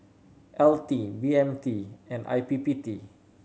L T B M T and I P P T